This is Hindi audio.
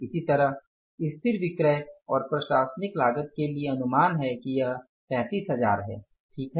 इसी तरह स्थिर विक्रय और प्रशासनिक लागत के लिए यह अनुमान है कि यह 33000 है सही है